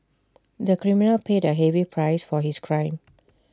the criminal paid A heavy price for his crime